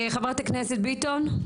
חברת הכנסת ביטון.